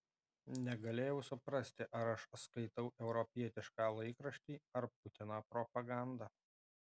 negalėjau suprasti ar aš skaitau europietišką laikraštį ar putino propagandą